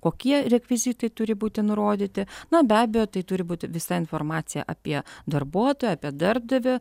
kokie rekvizitai turi būti nurodyti nu be abejo tai turi būti visa informacija apie darbuotoją apie darbdavį